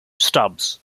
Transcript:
stubbs